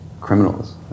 criminals